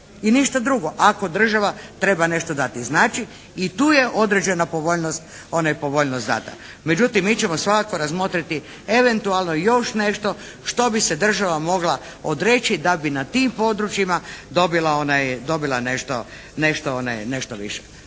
I ništa drugo. Ako država treba nešto dati. Znači i tu je određena povoljnost data. Međutim, mi ćemo svakako razmotriti eventualno još nešto što bi se država mogla odreći da bi na tim područjima dobila nešto više.